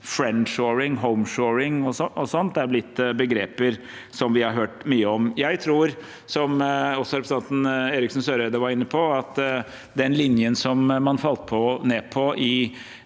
«friendshoring», «homeshoring» og sånt har blitt begreper som vi har hørt mye om. Jeg tror, som også representanten Eriksen Søreide var inne på, at den linjen man falt ned på i